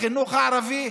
לחינוך הערבי,